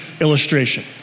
illustration